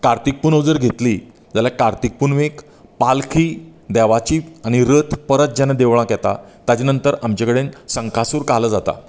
कार्तीक पुनव जर घेतली जाल्यार कार्तीक पुनवेक पालखी देवाची आनी रथ परत जेन्ना देवळांत येतात ताजे नंतर आमचे कडेन संकासूर कालो जाता